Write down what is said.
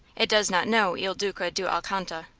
it does not know il duca d' alcanta.